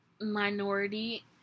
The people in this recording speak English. minority